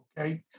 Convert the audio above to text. okay